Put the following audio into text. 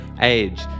age